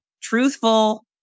truthful